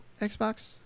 Xbox